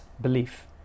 belief